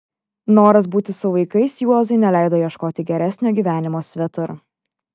noras būti su vaikais juozui neleido ieškoti geresnio gyvenimo svetur